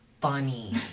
funny